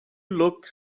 look